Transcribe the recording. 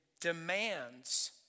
demands